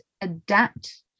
adapt